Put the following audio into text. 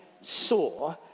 saw